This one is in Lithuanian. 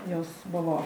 jos buvo